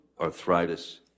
arthritis